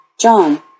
John